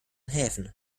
häfen